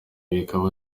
bikaba